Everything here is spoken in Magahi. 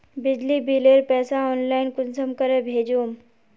बिजली बिलेर पैसा ऑनलाइन कुंसम करे भेजुम?